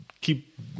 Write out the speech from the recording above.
keep